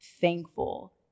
thankful